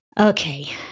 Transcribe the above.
Okay